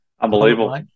Unbelievable